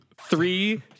three